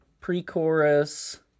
pre-chorus